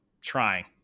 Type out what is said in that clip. trying